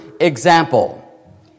example